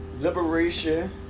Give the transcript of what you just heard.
liberation